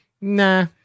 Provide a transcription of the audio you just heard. Nah